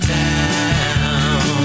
town